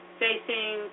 facing